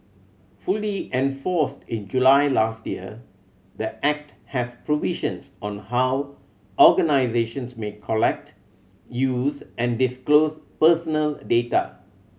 fully enforced in July last year the Act has provisions on how organisations may collect use and disclose personal data